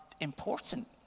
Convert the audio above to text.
important